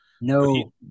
No